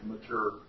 Mature